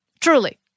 Truly